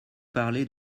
parlez